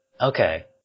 okay